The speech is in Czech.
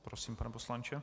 Prosím, pane poslanče.